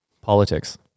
Politics